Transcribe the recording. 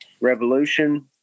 revolution